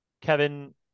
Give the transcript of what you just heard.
Kevin